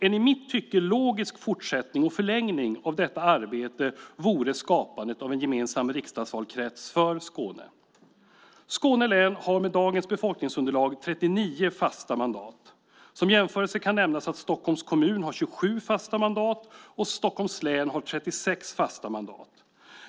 En i mitt tycke logisk fortsättning och förlängning av detta arbete vore skapandet av en gemensam riksdagsvalkrets för Skåne. Skåne län har med dagens befolkningsunderlag 39 fasta mandat. Som jämförelse kan nämnas att Stockholms kommun har 27 fasta mandat, och Stockholms län har 36 fasta mandat.